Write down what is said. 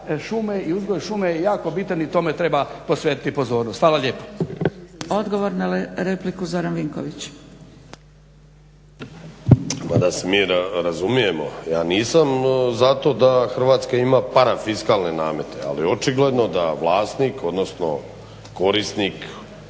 šume i uzgoj šume je jako bitan i tome treba posvetiti pozornost. Hvala lijepo. **Zgrebec, Dragica (SDP)** Odgovor na repliku, Zoran Vinković. **Vinković, Zoran (HDSSB)** Ma da se mi razumijemo, ja nisam za to da Hrvatska ima parafiskalne namete, ali očigledno da vlasnik odnosno korisnik,